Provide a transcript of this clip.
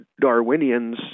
Darwinians